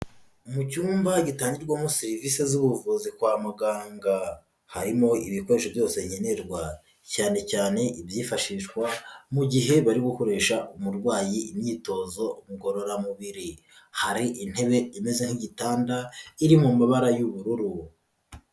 Mu cyumba gitangirwamo serivisi z'ubuvuzi kwa muganga, harimo ibikoresho byose nkenerwa cyane cyane ibyifashishwa mu gihe bari gukoresha umurwayi imyitozo ngororamubiri, hari intebe imeze nk'igitanda iri mu mabara y'ubururu.